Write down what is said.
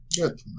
Good